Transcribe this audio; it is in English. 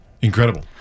incredible